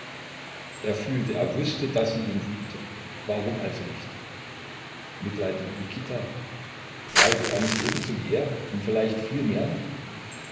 er fühlte er wußte daß sie ihn liebte warum also nicht mitleid mit mikita leide er nicht ebenso wie er und vielleicht viel mehr noch